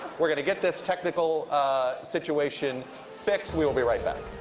we're gonna get this technical situation fixed. we will be right back.